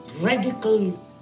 radical